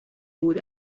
بود